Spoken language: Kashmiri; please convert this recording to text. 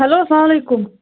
ہٮ۪لو اسلام علیکُم